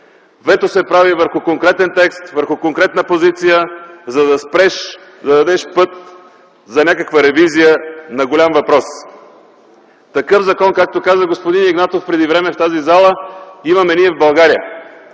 Вето се прави върху конкретен текст, върху конкретна позиция, за да дадеш път за някаква ревизия на голям въпрос. Такъв закон, както каза господин Игнатов преди време в тази зала, имаме ние в България.